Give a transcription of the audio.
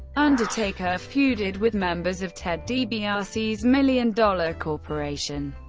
undertaker feuded with members of ted dibiase's million dollar corporation.